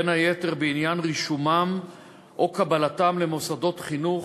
בין היתר בעניין רישומם או קבלתם למוסדות חינוך,